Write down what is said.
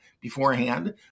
beforehand